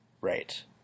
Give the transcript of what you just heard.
Right